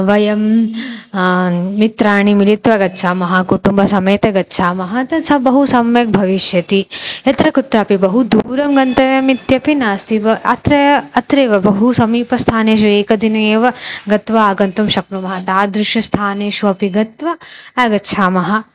वयं मित्राणि मिलित्वा गच्छामः कुटुम्बसमेतं गच्छामः तत् स बहु सम्यक् भविष्यति यत्र कुत्रापि बहु दूरं गन्तव्यम् इत्यपि नास्ति व अत्र अत्रैव बहु समीपस्थानेषु एकदिने एव गत्वा आगन्तुं शक्नुमः तादृशस्थानेषु अपि गत्वा आगच्छामः